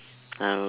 I would